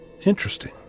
Interesting